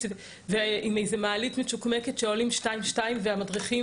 עם איזו מעלית מצ'וקמקת שעולים שניים-שניים והמדריכים